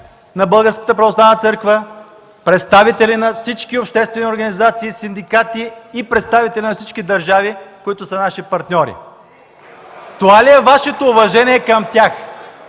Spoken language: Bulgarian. на Българската православна църква, представители на всички обществени организации, синдикати и представители на всички държави, които са наши партньори? (Оживление.) Това ли е Вашето уважение към тях?